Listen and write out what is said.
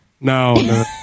No